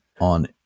on